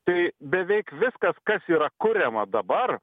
tai beveik viskas kas yra kuriama dabar